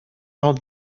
out